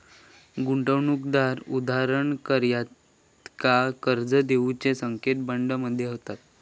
गुंतवणूकदार उधारकर्त्यांका कर्ज देऊचे संकेत बॉन्ड मध्ये होतत